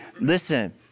listen